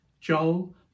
Joel